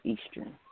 Eastern